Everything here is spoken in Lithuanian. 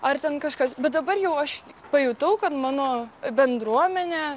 ar ten kažkas bet dabar jau aš pajutau kad mano bendruomenė